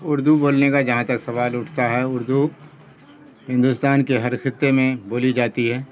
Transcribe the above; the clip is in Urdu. اردو بولنے کا جہاں تک سوال اٹھتا ہے اردو ہندوستان کے ہر خطے میں بولی جاتی ہے